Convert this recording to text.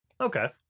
Okay